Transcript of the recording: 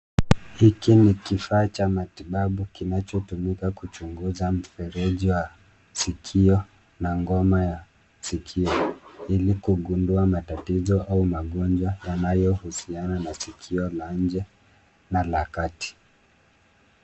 Hiki ni kifaa cha matibabu kinachotumika kuchunguza mfereji wa sikio na ngoma ya sikio ili kugundua matatizo au magonjwa yanayohusiana na sikio na nje na la kati.